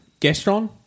Gastron